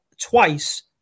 twice